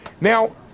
Now